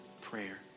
prayer